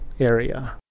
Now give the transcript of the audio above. area